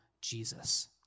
Jesus